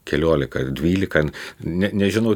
keliolika ar dvylika ne nežinau